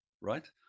right